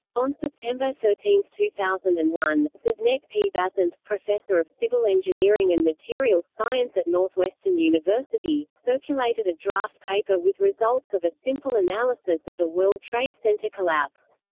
on september thirteen, two thousand and one, zdenek p. bazant, professor of civil engineering and materials science at northwestern university, circulated a draft paper with results of a simple analysis of the world trade center collapse.